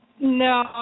No